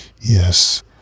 Yes